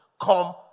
come